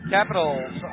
Capitals